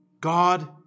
God